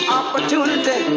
opportunity